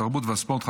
התרבות והספורט,